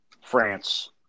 France